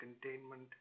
containment